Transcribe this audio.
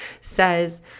says